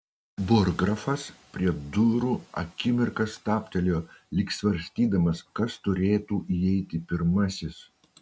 burggrafas prie durų akimirką stabtelėjo lyg svarstydamas kas turėtų įeiti pirmasis